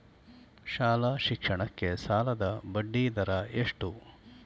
ಶಾಲಾ ಶಿಕ್ಷಣಕ್ಕೆ ಸಾಲದ ಬಡ್ಡಿದರ ಎಷ್ಟು?